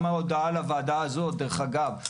גם ההודעה על הוועדה הזאת דרך אגב,